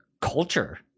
culture